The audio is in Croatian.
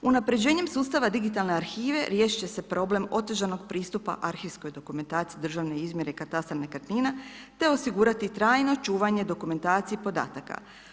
Unapređenjem sustava digitalne arhive riješit će se problem otežanog pristupa arhivskoj dokumentaciji državne izmjere katastra nekretnina te osigurati trajno čuvanje dokumentacije i podataka.